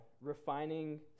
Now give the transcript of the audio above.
refining